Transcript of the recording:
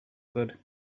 good